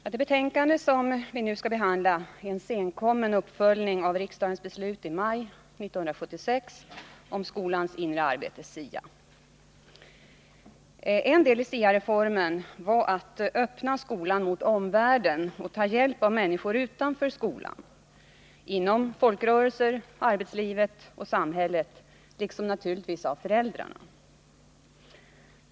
Herr talman! Det betänkande som riksdagen nu skall behandla är en senkommen uppföljning av riksdagens beslut i maj 1976 om skolans inre arbete, SIA. En av SIA-reformens delar var att öppna skolan mot omvärlden och ta hjälp av människor utanför skolan — inom folkrörelser, arbetslivet och samhället, liksom naturligtvis av föräldrarna.